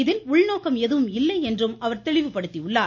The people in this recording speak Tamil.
இதில் உள்நோக்கம் எதுவும் இல்லை என்றும் அவர் தெளிவுபடுத்தியுள்ளார்